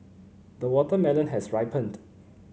the watermelon has ripened